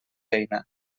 eina